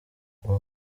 uwo